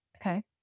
Okay